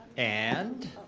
and,